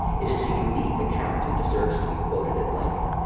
it is a unique account and deserves to be quoted at length